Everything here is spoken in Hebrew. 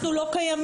אנחנו לא קיימים.